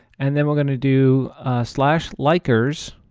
and then we're going to do slash likers,